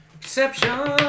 Exception